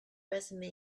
resume